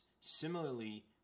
similarly